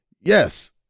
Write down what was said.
Yes